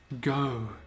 Go